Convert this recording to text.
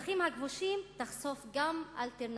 בשטחים הכבושים תחשוף גם אלטרנטיבות